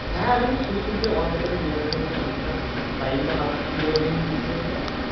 ᱦᱮᱸ ᱟᱞᱤᱝ ᱫᱚ ᱥᱩᱭᱤᱪ ᱠᱚ ᱚᱱ ᱠᱟᱛᱮᱜ ᱞᱤᱧ ᱧᱮᱞ ᱞᱮᱜᱟ ᱠᱮᱫᱟ ᱛᱚ ᱟᱞᱤᱝ ᱛᱚ ᱟᱨ ᱞᱟᱭᱤᱱ ᱛᱚ ᱦᱟᱛ ᱛᱤ ᱫᱚ ᱵᱟᱞᱤᱝ ᱤᱭᱟᱹ ᱫᱟᱲᱮᱭᱟᱜᱼᱟ